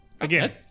Again